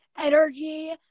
energy